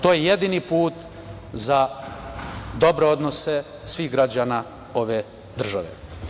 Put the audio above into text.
To je jedini put za dobre odnose svih građana ove države.